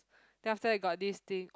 then after that got this thing